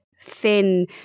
thin